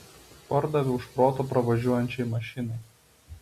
pardaviau šprotų pravažiuojančiai mašinai